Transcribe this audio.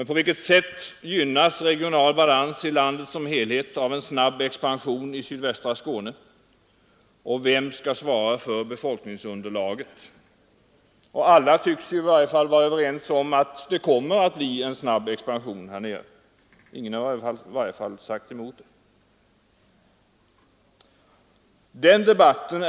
På vilket sätt gynnas regional balans i landet som helhet av en snabb expansion i sydvästra Skåne? Och vem skall svara för befolkningsunderlaget? Alla tycks ju vara överens om att det blir en snabb expansion där nere. I varje fall har ingen sagt något annat.